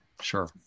Sure